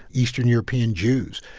eastern european jews.